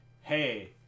hey